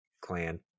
clan